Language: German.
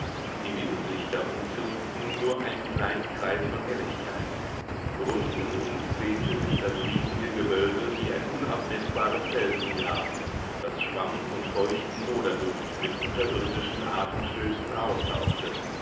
die windlichter umzirkten nur einen kleinen kreis von helligkeit rund um uns dehnte sich das riesige gewölbe wie ein unabmeßbares felsengrab das schwamm und feuchten moderduft mit unterirdischen atemstößen aushauchte